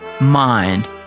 mind